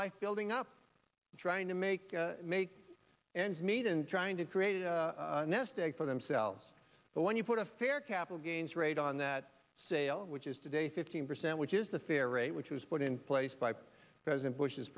life building up trying to make make ends meet and trying to create a nest egg for themselves but when you put a fair capital gains rate on that sale which is today fifteen percent which is the fair rate which was put in place by president bush's